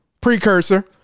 precursor